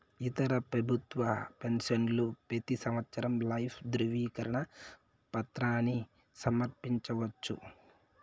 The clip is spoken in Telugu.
ఇతర పెబుత్వ పెన్సవర్లు పెతీ సంవత్సరం లైఫ్ దృవీకరన పత్రాని సమర్పించవచ్చు